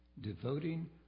Devoting